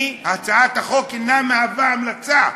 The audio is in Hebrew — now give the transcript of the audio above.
הצעת החוק אינה המלצה,